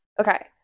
Okay